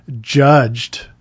judged